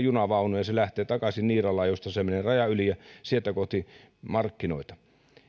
junavaunuun ja se lähtee takaisin niiralaan josta se menee rajan yli ja sieltä kohti markkinoita